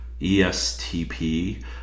ESTP